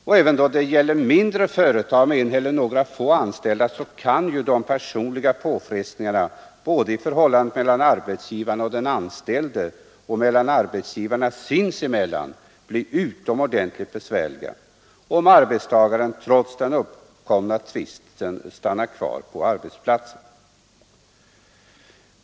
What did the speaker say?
Även då det gäller mindre företag med en eller några få anställda kan de personliga påfrestningarna både i förhållandet mellan arbetsgivaren och den anställde och mellan arbetstagarna sinsemellan bli utomordentligt besvärliga om arbetstagaren trots den uppkomna tvisten stannar kvar på arbetsplatsen.